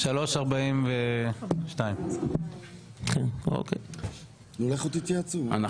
15:42. (הישיבה נפסקה בשעה 15:37 ונתחדשה בשעה 15:42.) טוב,